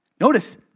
Notice